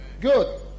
Good